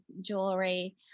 jewelry